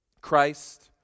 Christ